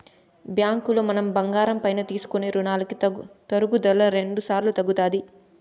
బ్యాంకులో మనం బంగారం పైన తీసుకునే రునాలకి తరుగుదల రెండుసార్లు తగ్గుతాది